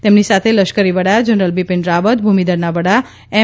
તેમની સાથે લશ્કરી વડા જનરલ બિપિન રાવત ભૂમિ દળના વડા એમ